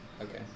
Okay